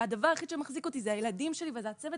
והדבר היחיד שמחזיק אותי זה הילדים שלי וזה הצוות